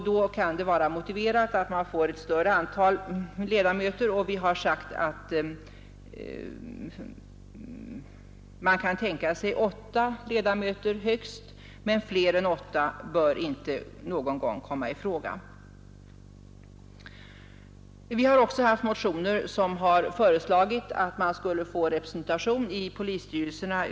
Då kan det vara motiverat att man får ett större antal ledamöter, och vi har sagt att man kan tänka sig högst åtta ledamöter, men fler bör inte någon gång komma i fråga. I motioner har också föreslagits att personalen skulle bli representerad i polisstyrelserna.